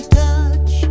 touch